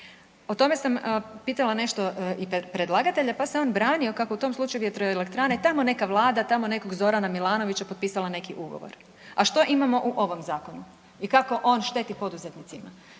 O tome sam pitala nešto i predlagatelja pa se on branio kako u tom slučaju vjetroelektrane tamo neka vlada, tamo nekog Zorana Milanovića potpisala neki ugovor. A što imamo u ovom zakonu i kako on šteti poduzetnicima,